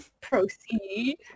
Proceed